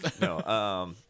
No